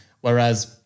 Whereas